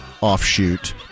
offshoot